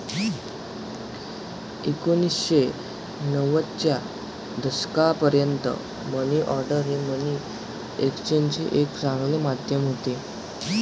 एकोणीसशे नव्वदच्या दशकापर्यंत मनी ऑर्डर हे मनी एक्सचेंजचे एक चांगले माध्यम होते